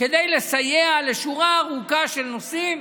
כדי לסייע בשורה ארוכה של נושאים